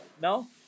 No